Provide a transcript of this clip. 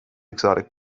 exotic